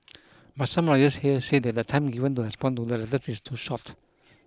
but some lawyers here say that the time given to respond to the letters is too short